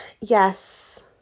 yes